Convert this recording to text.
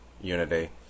unity